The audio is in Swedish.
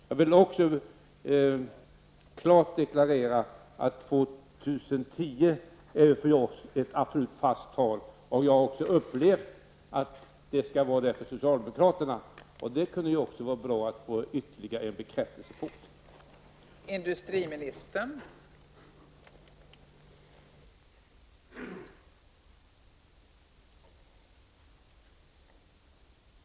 Jag vill också klart deklarera att år 2010 för oss är ett absolut fast årtal, och jag har upplevt att det också är detta för socialdemokraterna. Men det kunde vara bra att få en ytterligare bekräftelse på detta.